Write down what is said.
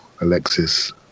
Alexis